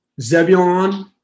Zebulon